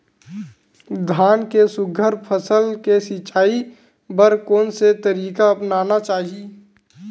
धान के सुघ्घर फसल के सिचाई बर कोन से तरीका अपनाना चाहि?